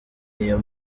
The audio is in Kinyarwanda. niyo